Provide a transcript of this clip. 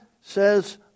says